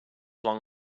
long